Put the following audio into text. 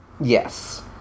Yes